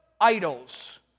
idols